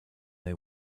they